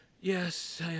yes